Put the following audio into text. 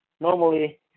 normally